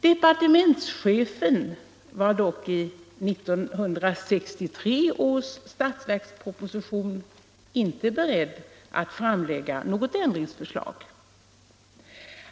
Departementschefen var i 1963 års statsverksproposition inte beredd att framlägga någon ändring.